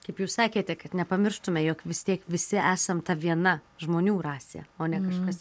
kaip jūs sakėte kad nepamirštume jog vis tiek visi esam ta viena žmonių rasė o ne kažkas